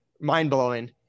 mind-blowing